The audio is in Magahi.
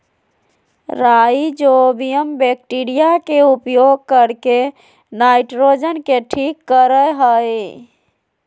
राइजोबियम बैक्टीरिया के उपयोग करके नाइट्रोजन के ठीक करेय हइ